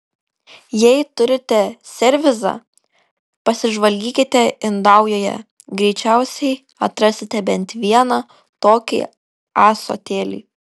jei turite servizą pasižvalgykite indaujoje greičiausiai atrasite bent vieną tokį ąsotėlį